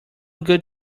good